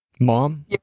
Mom